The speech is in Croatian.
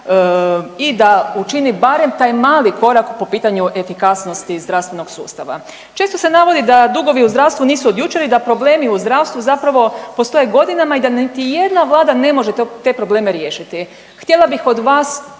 i da učini barem taj mali korak po pitanju efikasnosti zdravstvenog sustava. Često se navode da dugovi u zdravstvu nisu od jučer i da problemi u zdravstvu zapravo postoje godinama i da niti jedna Vlada ne može te probleme riješiti.